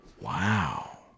Wow